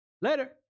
Later